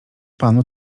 panu